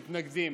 מתנגדים.